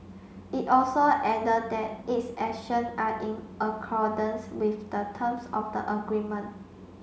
it also added that its action are in accordance with the terms of the agreement